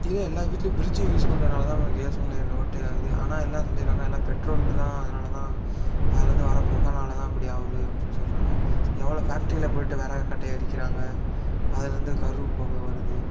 இதே எல்லார் வீட்லேயும் ஃப்ரிட்ஜு யூஸ் பண்றதுனால தான் நமக்கு ஓசோன் லேயரில் ஓட்டை ஆகுது ஆனால் என்ன சொல்லிடுறாங்க எல்லாம் பெட்ரோலில் தான் அதனால தான் அதில் இருந்து வர்ற பொகைனால தான் அப்படி ஆகுது அப்படினு சொல்கிறாங்க எவ்வளோ ஃபேக்ட்ரியில் போயிட்டு வெறகு கட்டையை எரிக்கின்றாங்க அதில் இருந்து கருப்புப் பொகை வருது